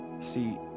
See